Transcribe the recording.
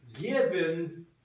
given